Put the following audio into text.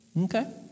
Okay